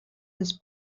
his